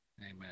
Amen